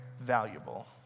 valuable